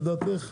לדעתך?